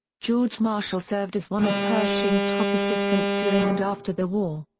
george marshall served as one of pershing's top assistants during and after the war.